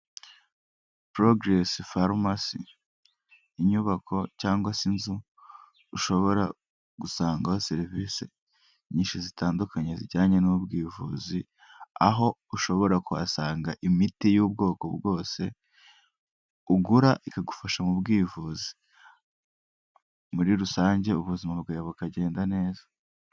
Purogiresi farumasi, inyubako cyangwa se inzu ushobora gusangaho serivise nyinshi zitandukanye zijyanye n'ubwivuzi, aho ushobora kuhasanga imiti y'ubwoko bwose ugura ikagufasha mu bwivuzi, muri rusange ubuzima bwawe bukagenda neza.